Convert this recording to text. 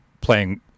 playing